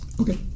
Okay